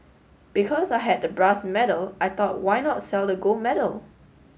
because I had the brass medal I thought why not sell the gold medal